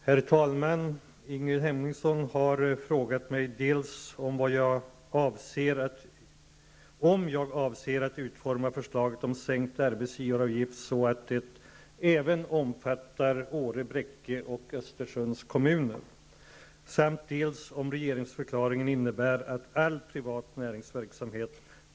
I regeringsförklaringen står att den sänkning av löneskatterna i större delen av Norrlands inland, som kommer att föreslås, ger nya möjligheter för turismen i den svenska fjällvärlden. Jämtlands län är det enda län som helt ligger i inlandet och fjällvärlden.